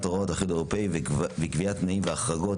הוראות האיחוד האירופי וקביעת תנאים והחרגות),